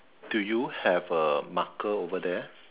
do you have a marker over there